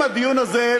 האם הדיון הזה,